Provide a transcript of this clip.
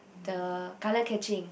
the color catching